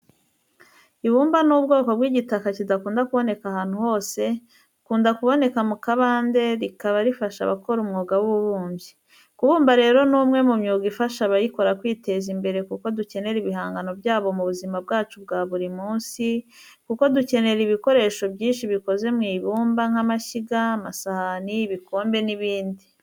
Ibumba ni ubwoko bw'igitaka kidakunda kuboneka ahantu hose bukunda kuboneka mu kabande, rikaba rifasha abakora umwuga w'ububumbyi. Kubumba rero ni umwe mu myuga ifasha abayikora kwiteza imbere kuko dukenera ibihangano byabo mu buzima bwacu bwa buri munsi, kuko dukenera ibikoresho byinshi bikoze mu ibumba nk'amashyiga, amasahani, ibikombe n'ibindi.